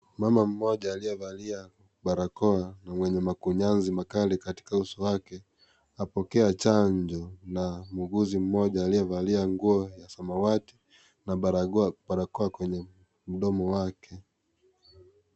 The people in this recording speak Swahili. Mama mmoja aliyevalia barakoa na mwenye makunyanzi makali katika uso wake apokea chanjo na muuguzi mmoja aliyevalia nguo ya samawati na barakoa kwenye mdomo wake.